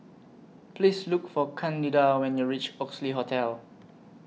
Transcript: Please Look For Candida when YOU REACH Oxley Hotel